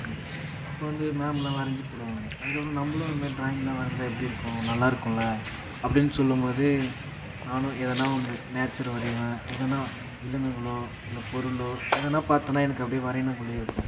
வந்துச்சு அப்போது வந்து மேம்லாம் வரைஞ்சு போடுவாங்க அதுக்கப்புறம் நம்மளும் இது மாரி ட்ராயிங்லாம் வரைஞ்சால் எப்படி இருக்கும் நல்லா இருக்கும்ல அப்படினு சொல்லும் போதே நானும் எதுனா ஒன்று நேச்சர் வரைவேன் எதுனா விலங்குகளோ இல்லை பொருளோ எதுனா பார்த்தனா எனக்கு அப்படியே வரையணும் போலேயே இருக்கும்